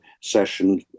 session